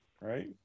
Right